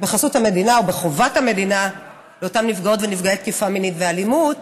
בחסות המדינה ובחובת המדינה לאותם נפגעות ונפגעי תקיפה מינית ואלימות